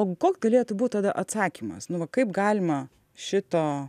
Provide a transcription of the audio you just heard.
o koks galėtų būt tada atsakymas nu va kaip galima šito